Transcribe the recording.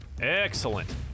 excellent